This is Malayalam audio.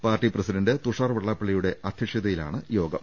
പാർട്ടി പ്രസി ഡന്റ് തുഷാർ വെള്ളാപ്പള്ളിയുടെ അധ്യക്ഷതയിലാണ് യോഗം